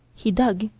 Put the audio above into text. he dug.